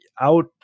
out